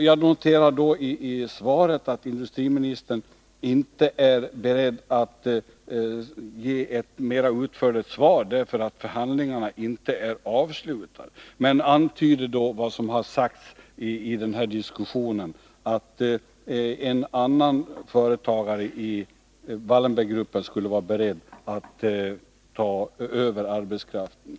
Jag noterar att industriministern säger i svaret att han inte är beredd att kommentera detta ytterligare, eftersom förhandlingarna inte är avslutade. Industriministern antyder också vad som har sagts tidigare, nämligen att en annan företagare i Wallenberggruppen skulle vara beredd att ta över arbetskraften.